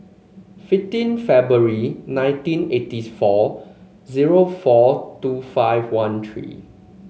fifteen February nineteen eighty four zero four two five one three